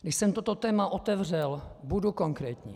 Když jsem toto téma otevřel, budu konkrétní.